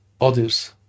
others